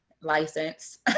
license